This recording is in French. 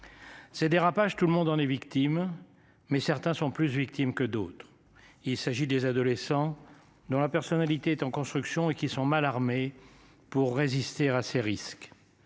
Ces dérapages. Tout le monde en est victime. Mais certains sont plus victimes que d'autres. Il s'agit des adolescents dont la personnalité est en construction et qui sont mal armés pour résister à ces risques